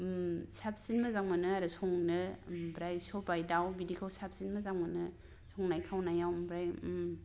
साबसिन मोजां मोनो आरो संनो आमफ्राय सबाइ दाउ बिदिखौ साबसिन मोजां मोनो संनाय खावनायाव आमफ्राय